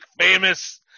famous